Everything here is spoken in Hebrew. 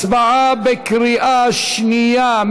בקריאה שנייה.